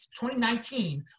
2019